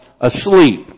asleep